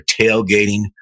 tailgating